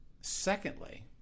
Secondly